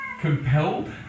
...compelled